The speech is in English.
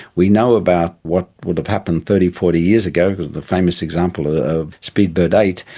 we know about what would have happened thirty, forty years ago because of the famous example of speedbird eight,